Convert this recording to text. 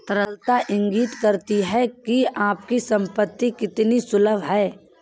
तरलता इंगित करती है कि आपकी संपत्ति कितनी सुलभ है